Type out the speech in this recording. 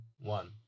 one